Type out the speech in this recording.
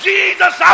Jesus